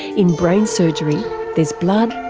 in brain surgery there's blood,